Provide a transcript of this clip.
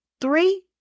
three